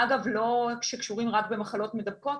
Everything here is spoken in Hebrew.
אגב, גם לא רק שקשורים במחלות מדבקות.